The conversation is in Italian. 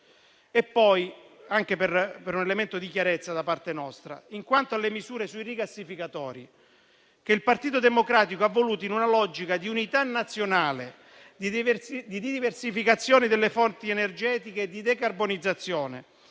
Anche per un elemento di chiarezza da parte nostra, quanto alle misure sui rigassificatori, che il Partito Democratico ha voluto, in una logica di unità nazionale, di diversificazione delle fonti energetiche e di decarbonizzazione,